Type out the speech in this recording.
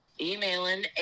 emailing